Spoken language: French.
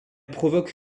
provoque